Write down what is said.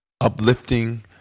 uplifting